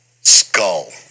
skull